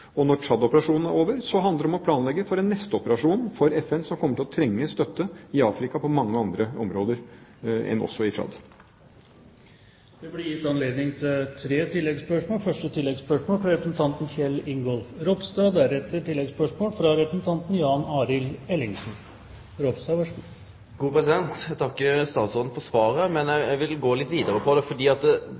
Når Tsjad-operasjonen er over, handler det om å planlegge for den neste operasjonen for FN, som kommer til å trenge støtte i Afrika også i mange andre områder enn i Tsjad. Det blir gitt anledning til tre oppfølgingsspørsmål – først Kjell Ingolf Ropstad. Eg takkar utanriksministeren for svaret. Men eg vil gå litt vidare. I utgangspunktet er det greitt at me har sagt at me skal vere i Tsjad i eitt år, og at